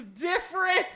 different